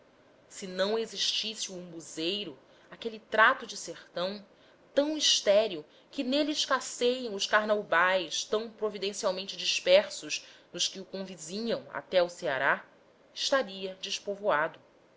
se não existisse o umbuzeiro aquele trato de sertão tão estéril que nele escasseiam os carnaubais tão providencialmente dispersos nos que os convizinham até ao ceará estaria despovoado